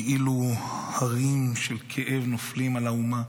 כאילו הרים של כאב נופלים על האומה.